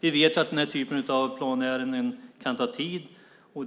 Vi vet att den här typen av planärenden kan ta tid.